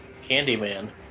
Candyman